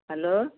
hello